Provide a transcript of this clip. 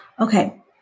Okay